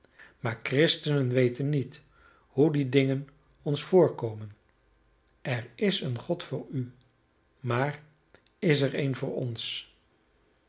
maar christenen weten niet hoe die dingen ons voorkomen er is een god voor u maar is er een voor ons